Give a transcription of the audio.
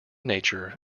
nature